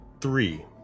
three